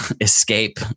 escape